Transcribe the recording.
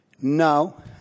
no